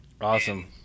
awesome